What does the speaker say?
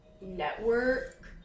network